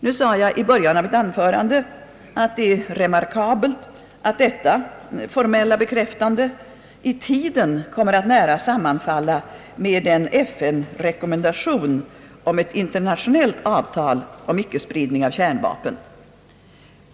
Nu sade jag i början av mitt anförande att det är remarkabelt att detta formella bekräftande i tiden kommer att nära sammanfalla med en FN rekommendation om ett internationellt avtal om icke-spridning av kärnvapen.